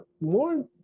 more